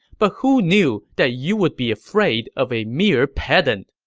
but who knew that you would be afraid of a mere pedant?